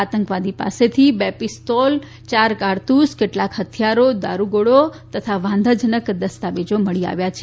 આતંકવાદી પાસેથી બે પિસ્તોલ કારતુસ કેટલાક હથિયાર દારૂગોળો તથા વાંધાજનક દસતાવેજ મળી આવ્યા છે